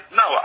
no